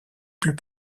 plus